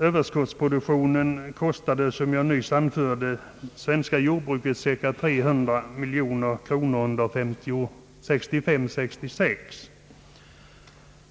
Överskottsproduktionen kostade, som jag nyss anförde, det svenska jordbruket cirka 300 miljoner kronor under 1965/66.